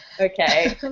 okay